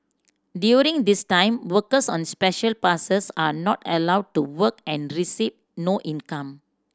during this time workers on Special Passes are not allowed to work and receive no income